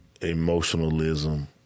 emotionalism